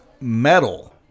metal